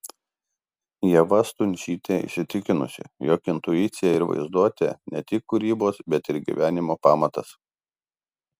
ieva stundžytė įsitikinusi jog intuicija ir vaizduotė ne tik kūrybos bet ir gyvenimo pamatas